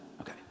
Okay